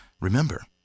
Remember